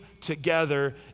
together